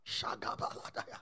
Shagabaladaya